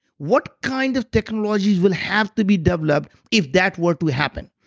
what kind of technologies will have to be developed if that were to happen?